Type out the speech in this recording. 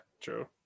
true